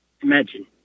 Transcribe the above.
Imagine